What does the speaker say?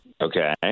Okay